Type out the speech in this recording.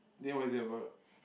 then what is it about